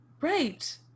Right